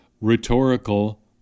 rhetorical